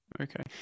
Okay